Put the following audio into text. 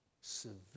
severe